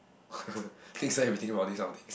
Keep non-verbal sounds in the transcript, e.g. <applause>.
<laughs> next time you'll be thinking about this kind of things